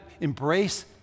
embrace